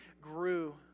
grew